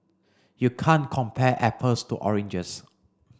you can't compare apples to oranges